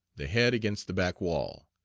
the head against the back wall.